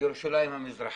ירושלים המזרחית,